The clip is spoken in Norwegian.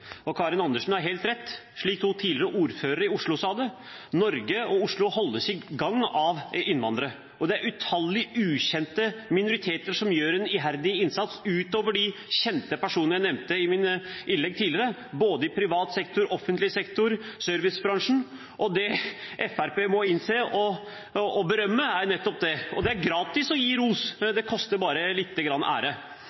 Og Karin Andersen har helt rett, slik to tidligere ordførere i Oslo sa det: Norge og Oslo holdes i gang av innvandrere. Det er utallige ukjente minoriteter som gjør en iherdig innsats, utover de kjente personene jeg nevnte i mitt innlegg tidligere, i både privat sektor, offentlig sektor og servicebransjen, og det Fremskrittspartiet må innse og berømme, er nettopp det, og det er gratis å gi ros,